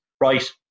right